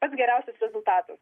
pats geriausias rezultatas